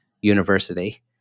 University